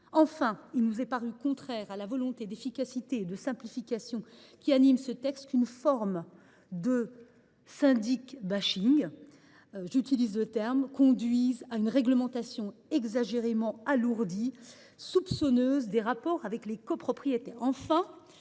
autant, il nous est apparu contraire à la volonté d’efficacité et de simplification qui anime ce texte qu’une forme de « syndic » conduise à une réglementation exagérément alourdie, soupçonneuse, des rapports avec les copropriétaires.